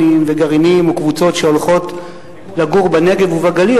וגרעינים וקבוצות שהולכות לגור בנגב ובגליל,